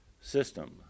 system